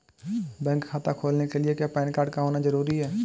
Bank खाता खोलने के लिए क्या पैन कार्ड का होना ज़रूरी है?